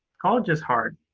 college is hard,